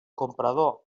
comprador